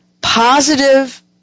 positive